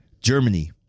Germany